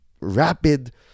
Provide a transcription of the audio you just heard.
rapid